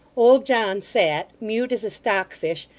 old john sat, mute as a stock-fish,